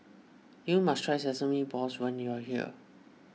you must try Sesame Balls when you are here